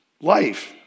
life